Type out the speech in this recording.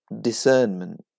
discernment